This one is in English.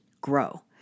grow